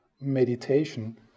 meditation